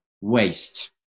waste